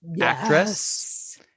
actress